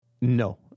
No